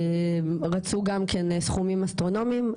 רצו גם כן סכומים אסטרונומיים.